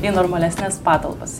į normalesnes patalpas